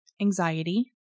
anxiety